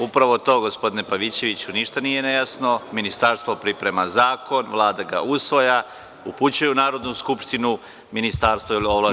Upravo to gospodine Pavićeviću, ništa nije nejasno, ministarstvo priprema zakon, Vlada ga usvaja, upućuje u Narodnu skupštinu, ministarstvo ili ovlašćeni.